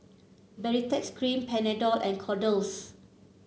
Baritex Cream Panadol and Kordel's